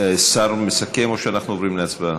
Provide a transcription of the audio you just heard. השר מסכם או שאנחנו עוברים להצבעה?